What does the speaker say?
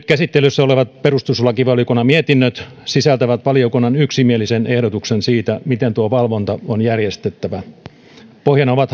käsittelyssä olevat perustuslakivaliokunnan mietinnöt sisältävät valiokunnan yksimielisen ehdotuksen siitä miten tuo valvonta on järjestettävä pohjana ovat